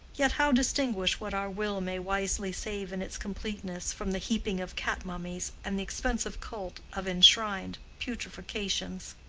yet how distinguish what our will may wisely save in its completeness, from the heaping of cat-mummies and the expensive cult of enshrined putrefactions?